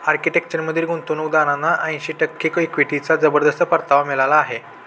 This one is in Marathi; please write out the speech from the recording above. आर्किटेक्चरमधील गुंतवणूकदारांना ऐंशी टक्के इक्विटीचा जबरदस्त परतावा मिळाला आहे